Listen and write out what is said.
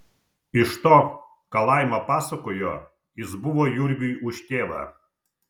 iš to ką laima pasakojo jis buvo jurgiui už tėvą